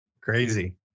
crazy